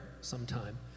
sometime